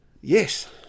Yes